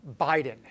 Biden